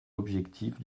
objectif